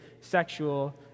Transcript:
sexual